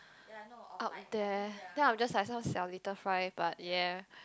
up there then I'm just like some 小: xiao little fry but ya